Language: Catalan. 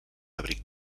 abric